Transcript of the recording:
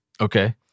Okay